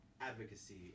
advocacy